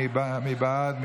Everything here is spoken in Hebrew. מי בעד?